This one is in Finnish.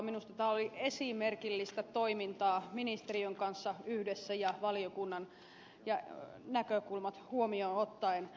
minusta tämä oli esimerkillistä toimintaa ministeriön kanssa yhdessä ja valiokunnan näkökulmat huomioon ottaen